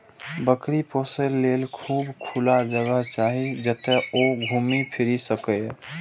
बकरी पोसय लेल खूब खुला जगह चाही, जतय ओ घूमि फीरि सकय